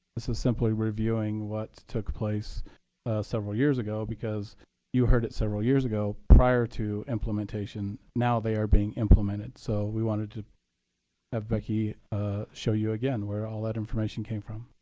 this is simply reviewing what took place several years ago because you heard it several years ago prior to implementation. now they are being implemented. so we wanted to have becky show you again where all that information came from.